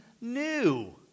new